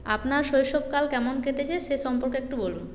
আপনার শৈশবকাল কেমন কেটেছে সেসম্পর্কে একটু বলুন